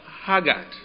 Haggard